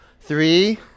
Three